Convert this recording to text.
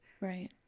Right